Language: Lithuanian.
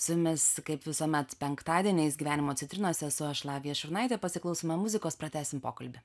su jumis kaip visuomet penktadieniais gyvenimo citrinose esu aš lavija šurnaitė pasiklausome muzikos pratęsim pokalbį